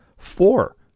four